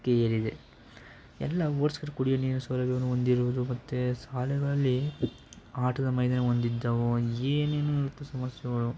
ಕ್ಕೆ ಏರಿದೆ ಎಲ್ಲ ಒಟ್ಸೆರಿ ಕುಡಿಯುವ ನೀರಿನ ಸೌಲಭ್ಯವನ್ನು ಹೊಂದಿರುವುದು ಮತ್ತು ಶಾಲೆಗಳಲ್ಲಿ ಆಟದ ಮೈದಾನ ಹೊಂದಿದ್ದವು ಏನೇನೋ ಇತ್ತು ಸಮಸ್ಯೆಗಳು